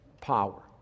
power